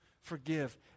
forgive